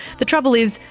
the trouble is,